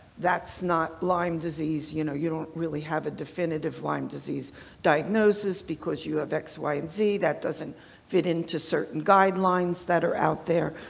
that's not lyme disease. you know you don't really have a definitive lyme disease diagnosis because you have x, y, and z. that doesn't fit into certain guidelines that are out there.